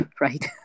right